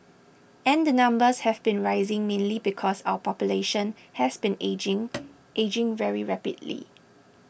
and the numbers have been rising mainly because our population has been ageing ageing very rapidly